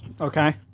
Okay